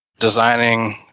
designing